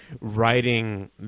writing